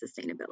sustainability